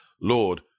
Lord